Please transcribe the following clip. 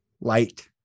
light